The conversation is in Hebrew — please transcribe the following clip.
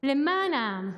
למען העם.